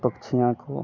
पक्षियों को